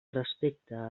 respecte